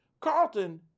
Carlton